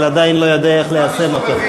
אבל עדיין אני לא יודע איך ליישם אותו.